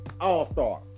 All-Star